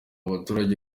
baturage